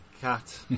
cat